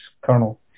kernel